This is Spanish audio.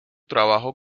trabajo